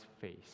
face